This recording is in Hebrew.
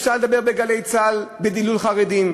אפשר לדבר ב"גלי צה"ל" על דילול חרדים,